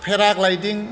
paragliding